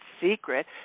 secret